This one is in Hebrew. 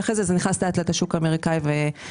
אחרי זה זה נכנס לשוק האמריקני והאירופאי.